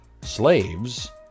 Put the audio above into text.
slaves